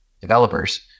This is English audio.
developers